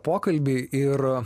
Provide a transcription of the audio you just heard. pokalbį ir